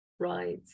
right